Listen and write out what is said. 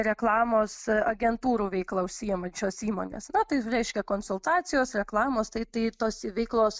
reklamos agentūrų veikla užsiimančios įmonės na tai reiškia konsultacijos reklamos tai tai tos veiklos